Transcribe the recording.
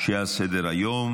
שעל סדר-היום.